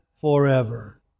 forever